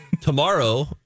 tomorrow